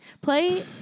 Play